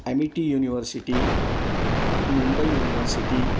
M E T university Mumbai university